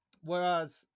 whereas